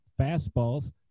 fastballs